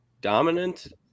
dominant